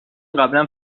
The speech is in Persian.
قبلا